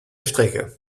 strecke